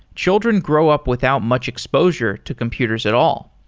children grow up without much exposure to computers at all.